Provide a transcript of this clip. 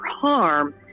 harm